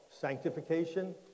sanctification